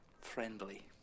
friendly